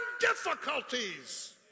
difficulties